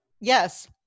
Yes